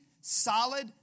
solid